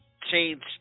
change